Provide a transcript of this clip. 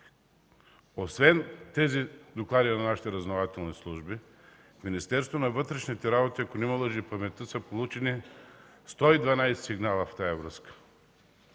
Освен докладите на нашите разузнавателни служби, в Министерството на вътрешните работи, ако не ме лъже паметта, са получени 112 сигнала в тази връзка.